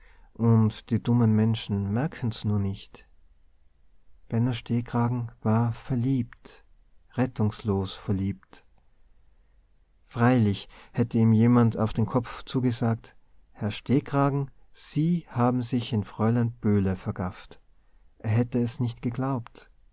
und die dummen menschen merken's nur nicht benno stehkragen war verliebt rettungslos verliebt freilich hätte ihm jemand auf den kopf zugesagt herr stehkragen sie haben sich in fräulein böhle vergafft er hätte es nicht geglaubt